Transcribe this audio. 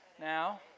now